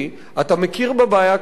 אתה מכיר בבעיה כמו שהיא,